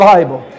Bible